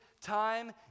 time